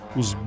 os